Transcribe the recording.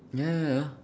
ya ya ya